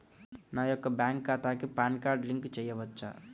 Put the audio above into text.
నా యొక్క బ్యాంక్ ఖాతాకి పాన్ కార్డ్ లింక్ చేయవచ్చా?